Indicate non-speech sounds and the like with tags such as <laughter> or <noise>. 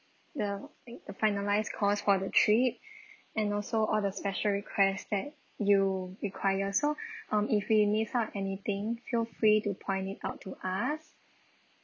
the <noise> the finaliSed cost for the trip <breath> and also all the special requests that you require so <breath> um if we miss out anything feel free to point it out to us